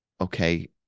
okay